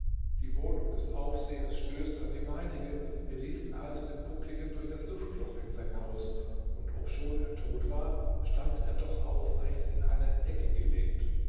die wohnung des aufsehers stößt an die meinige wir ließen also den buckligen durch das luftloch in sein haus und obschon er tot war stand er doch aufrecht in einer ecke gelehnt